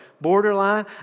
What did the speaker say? borderline